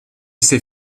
ses